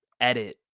edit